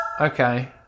Okay